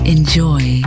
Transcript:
Enjoy